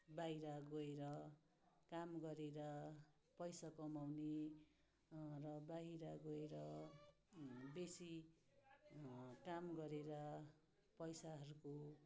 बाहिर गएर काम गरेर पैसा कमाउने र बाहिर गएर बेसी काम गरेर पैसाहरूको